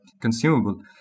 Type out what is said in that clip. consumable